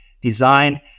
design